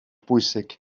bwysig